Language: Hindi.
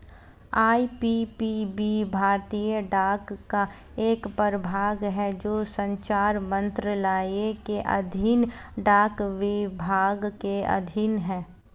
आई.पी.पी.बी भारतीय डाक का एक प्रभाग है जो संचार मंत्रालय के अधीन डाक विभाग के अधीन है